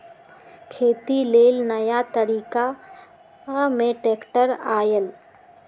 खेती लेल नया तरिका में ट्रैक्टर आयल